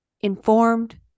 informed